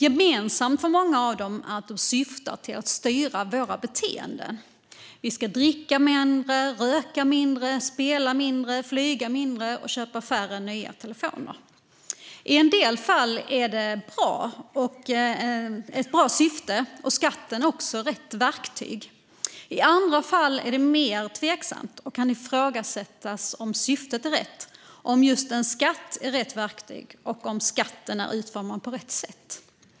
Gemensamt för många av dem är att de syftar till att styra våra beteenden. Vi ska dricka mindre, röka mindre, spela mindre, flyga mindre och köpa färre nya telefoner. I en del fall är syftet bra, och en skatt också rätt verktyg. I andra fall är det mer tveksamt. Det kan ifrågasättas om syftet är rätt, om just en skatt är rätt verktyg och om skatten är utformad på rätt sätt.